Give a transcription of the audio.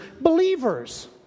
believers